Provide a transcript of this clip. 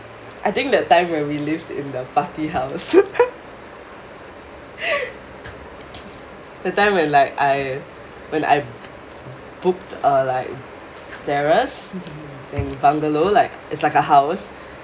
I think that time when we lived in the party house the time when like I when I booked a like terrace and bungalow like it's like a house